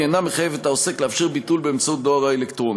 היא אינה מחייבת את העוסק לאפשר ביטול באמצעות דואר אלקטרוני.